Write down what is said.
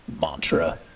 mantra